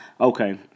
Okay